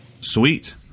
Sweet